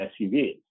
suvs